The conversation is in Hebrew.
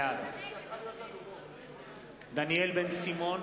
בעד דניאל בן-סימון,